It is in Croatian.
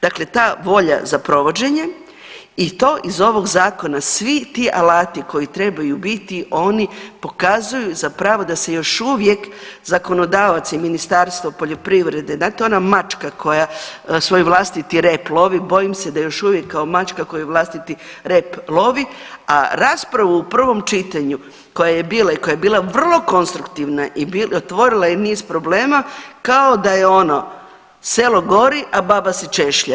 Dakle, ta volja za provođenjem i to iz ovog zakona svi ti alati koji trebaju biti oni pokazuju zapravo da se još uvijek zakonodavac i Ministarstvo poljoprivrede znate ona mačka koja svoj vlastiti rep lovi bojim se da još uvijek kao mačka koja vlastiti rep lovi, a raspravu u prvom čitanju koja je bila i koja je bila vrlo konstruktivna i otvorila je niz problema kao da je ono selo gori, a baba se češlja.